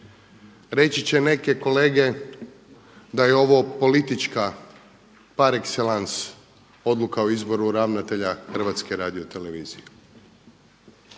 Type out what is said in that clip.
Reći će neke kolege da je ovo politička par excellence odluka o izboru ravnatelja HRT-a. To je